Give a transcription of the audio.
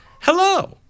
Hello